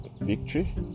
victory